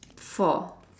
four